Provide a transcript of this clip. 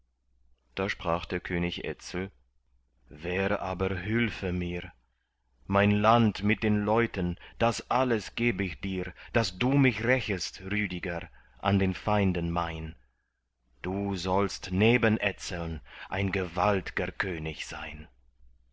da sprach der könig etzel wer aber hülfe mir mein land mit den leuten das alles geb ich dir daß du mich rächest rüdiger an den feinden mein du sollst neben etzeln ein gewaltger könig sein